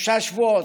כשלושה שבועות,